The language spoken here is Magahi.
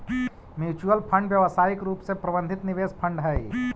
म्यूच्यूअल फंड व्यावसायिक रूप से प्रबंधित निवेश फंड हई